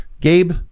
gabe